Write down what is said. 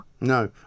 No